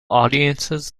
audiences